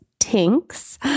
Tinks